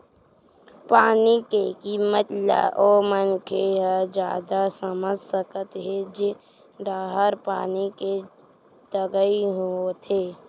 पानी के किम्मत ल ओ मनखे ह जादा समझ सकत हे जेन डाहर पानी के तगई होवथे